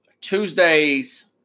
Tuesday's